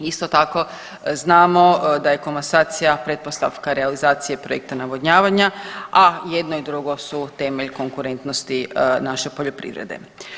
Isto tako znamo da je komasacija pretpostavka realizacije projekta navodnjavanja, a jedno i drugo su temelj konkurentnosti naše poljoprivrede.